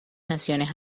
naciones